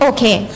Okay